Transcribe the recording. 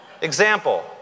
Example